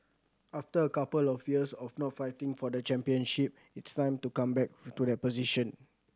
after a couple of years of not fighting for the championship it's time to come back to that position